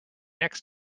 next